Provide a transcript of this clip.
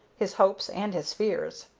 his hopes, and his fears.